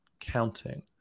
counting